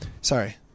Sorry